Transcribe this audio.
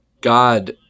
God